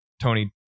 Tony